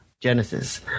Genesis